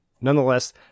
Nonetheless